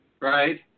Right